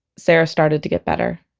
sarah started to get better.